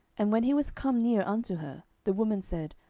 and when he was come near unto her, the woman said,